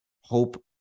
hope